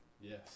Yes